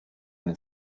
eine